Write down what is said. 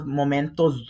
momentos